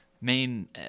main